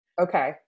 Okay